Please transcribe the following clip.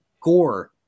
Gore